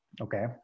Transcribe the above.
okay